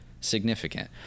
significant